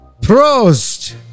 Prost